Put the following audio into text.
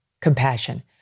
compassion